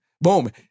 Boom